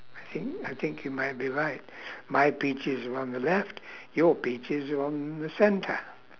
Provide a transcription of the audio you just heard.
I think I think you might be right my peaches are on the left your peaches are on the centre